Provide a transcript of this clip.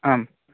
आम्